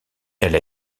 elle